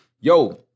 yo